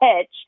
pitch